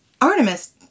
Artemis